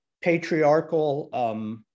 patriarchal